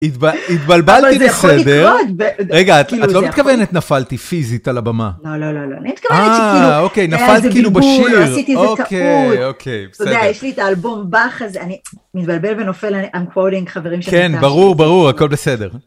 התבלבלתי, בסדר? -אבל זה יכול לקרות, ב...ב... כאילו, זה יכול לקרות... -רגע, את לא מתכוונת, נפלתי פיזית על הבמה. -לא, לא, לא, לא. אני התכוונתי שכאילו... -אה, אוקיי, נפלת כאילו בשיר. -היה איזה בלבול, או עשיתי איזו טעות... -אה... אוקיי, אוקיי, בסדר. -אתה יודע, יש לי את האלבום בח... הזה... "אני מתבלבל ונופל", I'm calling, החברים של נטאשה. -כן, ברור, ברור, הכול בסדר.